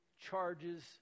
charges